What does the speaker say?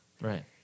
Right